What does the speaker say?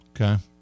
Okay